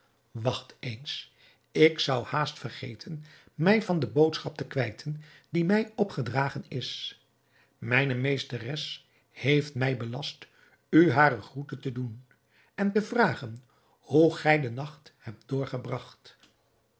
wacht eens ik zou haast vergeten mij van de boodschap te kwijten die mij is opgedragen mijne meesteres heeft mij belast u hare groete te doen en te vragen hoe gij den nacht hebt doorgebragt